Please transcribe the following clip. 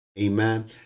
Amen